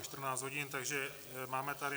Je 14 hodin, takže máme tady